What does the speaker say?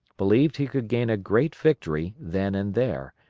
believed he could gain a great victory then and there,